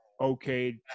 okay